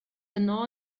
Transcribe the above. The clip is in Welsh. yno